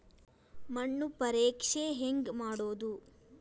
ಮಣ್ಣು ಪರೇಕ್ಷೆ ಹೆಂಗ್ ಮಾಡೋದು?